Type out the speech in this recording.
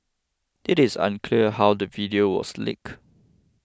it is unclear how the video was leaked